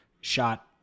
shot